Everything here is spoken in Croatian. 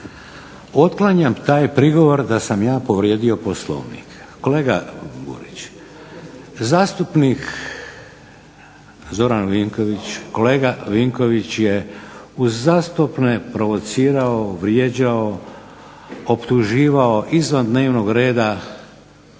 Otklanjam taj prigovor da sam ja povrijedio Poslovnik. Kolega Burić, zastupnik Zoran Vinković, kolega Vinković je uzastopno provocirao, vrijeđao, optuživao izvan dnevnog reda